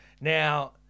Now